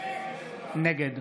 נגד